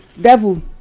devil